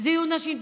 יהיו נשים.